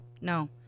No